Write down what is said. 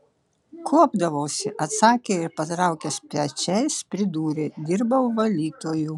kuopdavausi atsakė ir patraukęs pečiais pridūrė dirbau valytoju